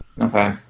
Okay